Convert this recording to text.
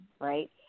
right